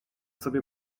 sobie